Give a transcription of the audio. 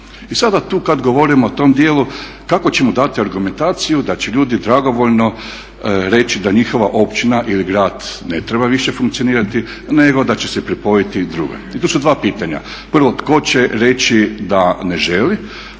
I sada tu kad govorimo o tom dijelu, kako ćemo dati argumentaciju da će ljudi dragovoljno reći da njihova općina ili grad ne treba više funkcionirati nego da će se pripojiti drugoj. I tu su dva pitanja, prvo tko će reći da ne želi,